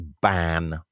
ban